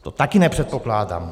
To taky nepředpokládám.